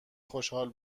خشحال